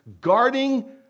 guarding